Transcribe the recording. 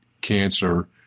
cancer